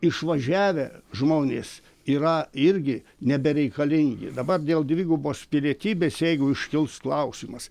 išvažiavę žmonės yra irgi nebereikalingi dabar dėl dvigubos pilietybės jeigu iškils klausimas